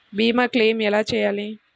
భీమ క్లెయిం ఎలా చేయాలి?